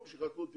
הקליטה מצליחה.